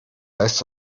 heißt